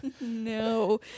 no